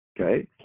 Okay